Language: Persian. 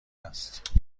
است